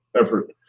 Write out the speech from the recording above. effort